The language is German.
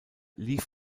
lief